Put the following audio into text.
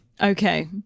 Okay